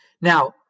Now